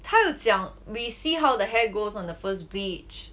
他有讲 we see how the hair goes on the first bleach